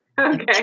Okay